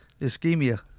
Ischemia